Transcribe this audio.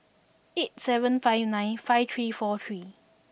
eight seven five nine five three four three